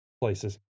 places